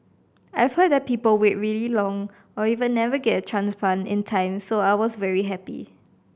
I've heard that people wait really long or even never get a transplant in time so I was very happy